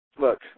look